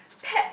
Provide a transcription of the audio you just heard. pet